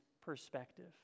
perspective